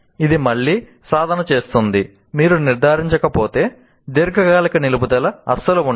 ఇది మళ్లీ సాధన చేస్తుందని మీరు నిర్ధారించకపోతే దీర్ఘకాలిక నిలుపుదల అస్సలు ఉండదు